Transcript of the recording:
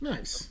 Nice